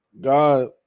God